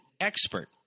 expert